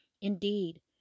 Indeed